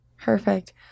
Perfect